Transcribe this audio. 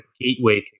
gateway